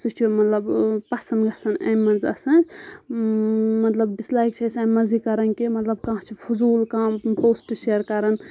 سُہ چھُ مطلب پَسنٛد گژھان اَمہِ منٛز آسان مطلب ڈِس لایک چھِ اَسہِ اَمہِ منٛز یہِ کَران کہِ کانہہ چھُ فٔضوٗل کانٛہہ پوسٹہٕ شِیر کَران